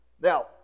Now